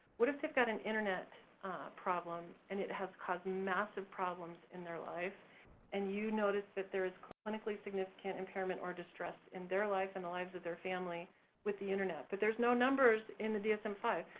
what if they've got an internet problem and it has caused massive problems in their life and you notice that there is clinically significant impairment or distress in their life and the lives of their family with the internet, but there's no numbers in the dsm five.